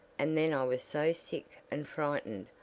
and then i was so sick and frightened,